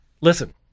Listen